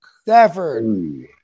Stafford